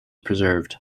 preserved